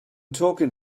talking